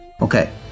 Okay